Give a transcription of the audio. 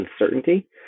uncertainty